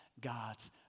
God's